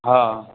हा